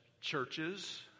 churches